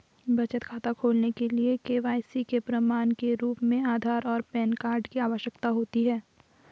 बचत खाता खोलने के लिए के.वाई.सी के प्रमाण के रूप में आधार और पैन कार्ड की आवश्यकता होती है